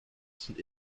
sind